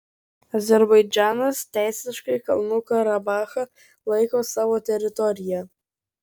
azerbaidžanas teisiškai kalnų karabachą laiko savo teritorija